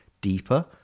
deeper